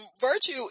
virtue